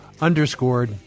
underscored